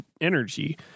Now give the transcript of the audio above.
energy